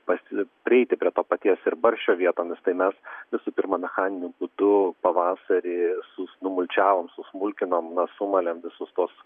pasi prieiti prie to paties ir barščio vietomis tai mes visų pirma mechaniniu būdu pavasarį su numulčiavom susmulkinom na sumalėm visus tuos